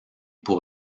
pour